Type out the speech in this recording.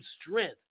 strength